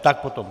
Tak potom.